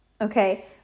Okay